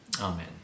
Amen